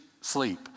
sleep